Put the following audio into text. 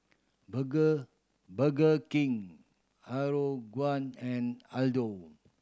Burger Burger King Aeroguard and Aldo